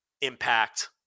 Impact